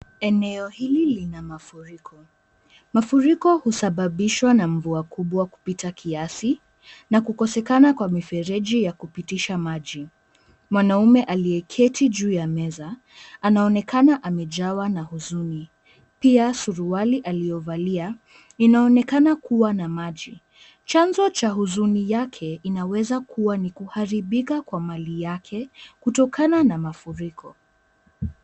Eneo hili lina mafuriko. Mafuriko husababishwa na mvua kubwa kupita kiasi na kukosekana kwa mifereji ya kupitisha maji. Mwanaume aliyeketi juu ya meza, anaonekana amejawa na huzuni. Pia suruali aliyovalia inaonekana kuwa na maji. Chanzo cha huzuni yake inaweza kuwa ni kuharibika kwa mali yake, kutokana na mafuriko.